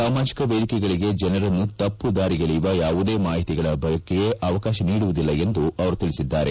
ಸಾಮಾಜಿಕ ವೇದಿಕೆಗಳಿಗೆ ಜನರನ್ನು ತಪ್ಪುದಾರಿಗೆಳೆಯುವ ಯಾವುದೇ ಮಾಹಿತಿಗಳ ಬಳಕೆಗೆ ಅವಕಾಶ ನೀಡುವುದಿಲ್ಲ ಎಂದು ಅವರು ತಿಳಿಸಿದ್ದಾರೆ